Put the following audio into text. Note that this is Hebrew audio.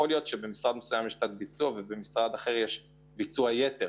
יכול להיות שבמשרד מסוים יש תת-ביצוע ובמשרד אחר יש ביצוע יתר,